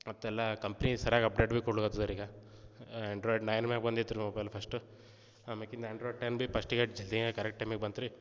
ಮತ್ತೆಲ್ಲ ಕಂಪ್ನಿ ಸರಿಯಾಗಿ ಅಪ್ಡೇಟ್ ಭೀ ಕೊಡಲಿಕತ್ತಿದೆ ರೀ ಈಗ ಆ್ಯಂಡ್ರಾಯ್ಡ್ ನೈನ್ ಮ್ಯಾಲ ಬಂದಿತ್ತು ರೀ ಮೊಬೈಲ್ ಫಸ್ಟು ಆಮ್ಯಾಲಿಂದ ಆ್ಯಂಡ್ರಾಯ್ಡ್ ಟೆನ್ ಭೀ ಪಸ್ಟಿಗೆ ಜಲ್ದಿಯೇ ಕರೆಕ್ಟ್ ಟೈಮಿಗೆ ಬಂತು ರೀ